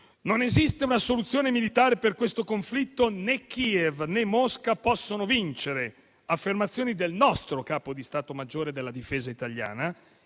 Non esiste una soluzione militare per questo conflitto: né Kiev, né Mosca possono vincere. Queste sono affermazioni del Capo di stato maggiore della Difesa italiana,